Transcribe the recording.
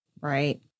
Right